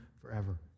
forever